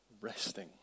resting